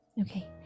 Okay